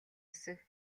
эсэх